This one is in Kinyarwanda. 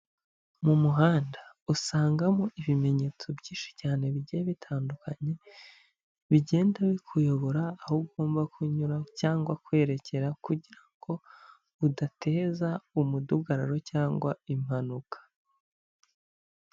Mu muhanda usangamo ibimenyetso byinshi cyane bigiye bitandukanye, bigenda bikuyobora aho ugomba kunyura cyangwa kwerekera kugira ngo udateza umudugararo cyangwa impanuka.